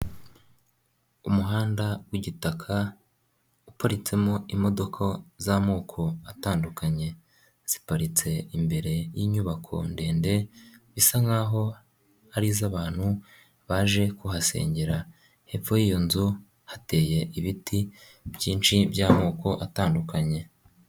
Umuhanda w'igitaka uparitsemo imodoka za'amoko atandukanye, ziparitse imbere yinyubako ndende, bisa nk'aho ari iz'abantu baje ku hasengera, hepfo yiyo nzu hateye ibiti byinshi by'amoko atandukanye.